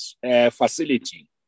facility